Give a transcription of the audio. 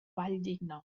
valldigna